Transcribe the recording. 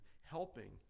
helping